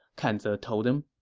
kan ze told him